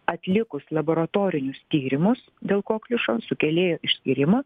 atlikus laboratorinius tyrimus dėl kokliušo sukėlėjo išskyrimo